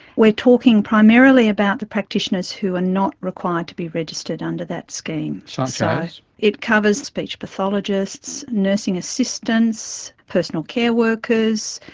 we're talking primarily about the practitioners who are and not required to be registered under that scheme. so such as? it covers speech pathologists, nursing assistants, personal care workers,